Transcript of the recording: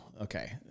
Okay